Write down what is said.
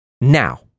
now